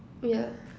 yeah